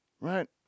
right